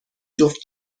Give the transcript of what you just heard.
جفت